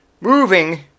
moving